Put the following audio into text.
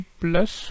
plus